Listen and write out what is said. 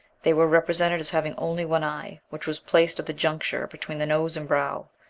they were represented as having only one eye, which was placed at the juncture between the nose and brow.